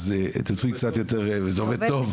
וזה עובד טוב.